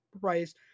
price